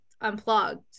Unplugged